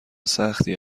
سختی